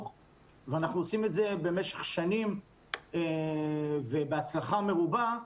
ואנחנו עושים את זה במשך שנים ובהצלחה מרובה,